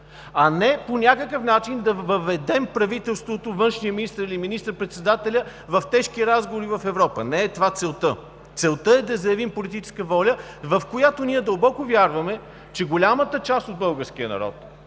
а не по някакъв начин да въведем правителството, външния министър или министър-председателя в тежки разговори в Европа. Не е това целта. Целта е да заявим политическа воля, която дълбоко вярваме, че голямата част от българския народ